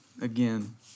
again